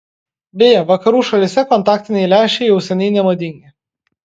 beje vakarų šalyse kontaktiniai lęšiai jau seniai nemadingi